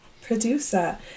Producer